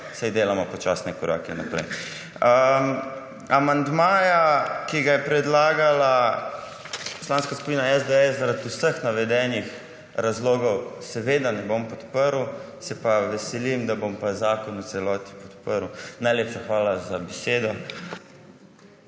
saj delamo počasne korake naprej. Amandmaja, ki ga je predlagala Poslanska skupina SDS, zaradi vseh navedenih razlogov seveda ne bom podprl, se pa veselim, da bom pa zakon v celoti podprl. Najlepša hvala za besedo.